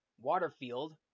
Waterfield